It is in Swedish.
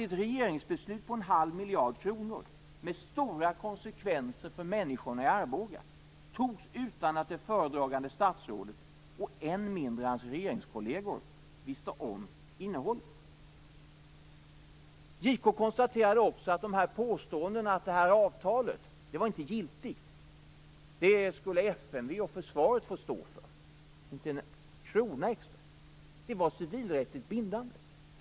Ett regeringsbeslut på 1⁄2 miljard kronor med stora konsekvenser för människorna i Arboga fattades utan att det föredragande statsrådet, och än mindre hans regeringskolleger, visste om innehållet. Det var civilrättsligt bindande.